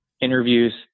interviews